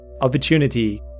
Opportunity